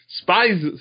spies